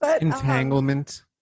Entanglement